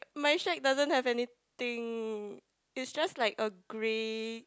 my shed doesn't have anything is just like a grey